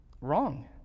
Wrong